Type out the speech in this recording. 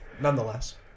nonetheless